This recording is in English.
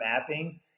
mapping